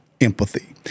Empathy